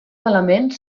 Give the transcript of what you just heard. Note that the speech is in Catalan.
elements